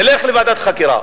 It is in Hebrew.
נלך לוועדת חקירה,